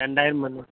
ரெண்டாயிரம் பண்ணலாம்